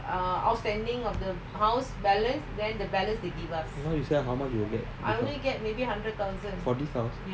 now you sell how much you'll get forty thousand